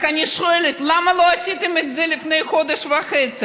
אני רק שואלת: למה לא עשיתם את זה לפני חודש וחצי,